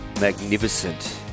magnificent